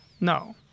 no